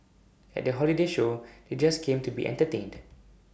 at the holiday show they just came to be entertained